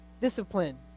discipline